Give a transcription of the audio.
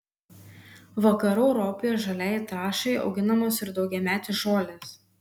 vakarų europoje žaliajai trąšai auginamos ir daugiametės žolės